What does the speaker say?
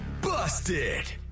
busted